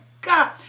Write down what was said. God